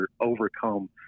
overcome